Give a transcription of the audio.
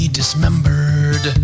dismembered